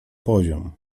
poziom